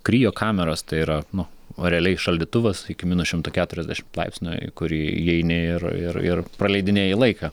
kriokameros tai yra nu o realiai šaldytuvas iki minus šimto keturiasdešimt laipsnių į kurį įeini ir ir ir praleidinėji laiką